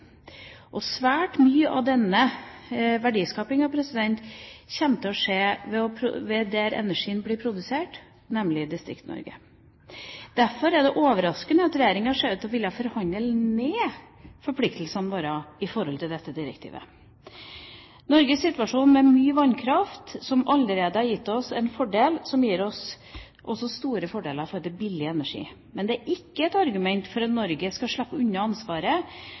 Svært mye av denne verdiskapingen kommer til å skje der energien blir produsert, nemlig i Distrikts-Norge. Derfor er det overraskende at regjeringa ser ut til å ville forhandle ned forpliktelsene våre overfor dette direktivet. Norges situasjon med mye vannkraft – som allerede har gitt oss en fordel, og som også gir oss store fordeler i forhold til billig energi – er ikke et argument for at Norge skal slippe unna ansvaret